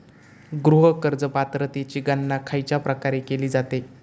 गृह कर्ज पात्रतेची गणना खयच्या प्रकारे केली जाते?